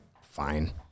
fine